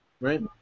Right